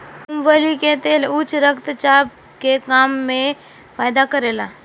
मूंगफली के तेल उच्च रक्त चाप के कम करे में फायदा करेला